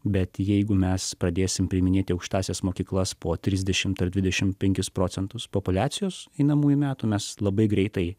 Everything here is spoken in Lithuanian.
bet jeigu mes pradėsime priiminėti aukštąsias mokyklas po trisdešimt ar dvidešimt penkis procentu populiacijos einamųjų metų mes labai greitai